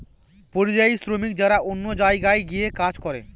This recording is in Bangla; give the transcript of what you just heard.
পরিযায়ী শ্রমিক যারা অন্য জায়গায় গিয়ে কাজ করে